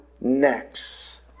next